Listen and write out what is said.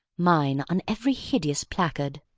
mine on every hideous placard.